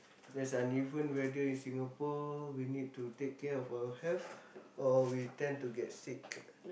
there's uneven weather in Singapore we need to take care of our health or we tend to get sick